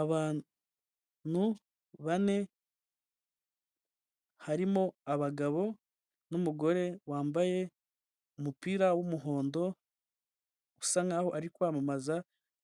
Abantu bane harimo abagabo n'umugore wambaye umupira w'umuhondo usa naho ari kwamamaza